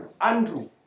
Andrew